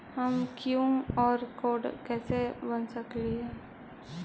हम QR code कैसे बना सकली ही?